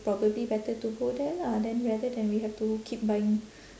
probably better to go there lah than rather than we have to keep buying